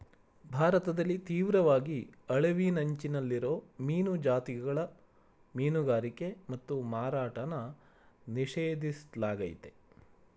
ಭಾರತದಲ್ಲಿ ತೀವ್ರವಾಗಿ ಅಳಿವಿನಂಚಲ್ಲಿರೋ ಮೀನು ಜಾತಿಗಳ ಮೀನುಗಾರಿಕೆ ಮತ್ತು ಮಾರಾಟನ ನಿಷೇಧಿಸ್ಲಾಗಯ್ತೆ